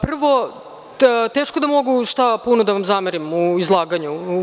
Prvo, teško da mogu šta puno da vam zamerim u izlaganju.